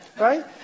right